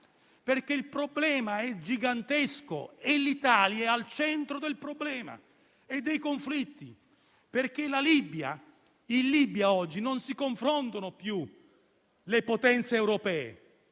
Il problema è gigantesco e l'Italia è al centro del problema e dei conflitti, perché in Libia oggi non si confrontano più le potenze europee;